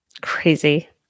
Crazy